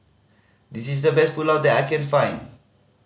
this is the best Pulao that I can find